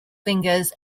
fingers